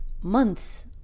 months